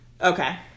Okay